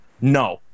No